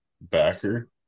backer